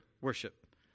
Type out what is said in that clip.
worship